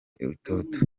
itoto